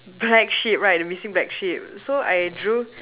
black sheep right the missing black sheep so I drew